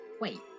wait